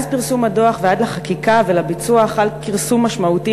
מאז פרסום הדוח ועד לחקיקה ולביצוע חל כרסום משמעותי